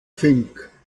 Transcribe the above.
fink